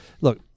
look